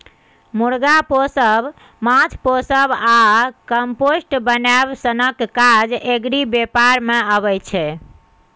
मुर्गा पोसब, माछ पोसब आ कंपोस्ट बनाएब सनक काज एग्री बेपार मे अबै छै